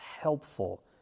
helpful